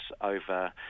over